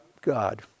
God